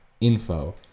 info